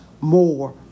more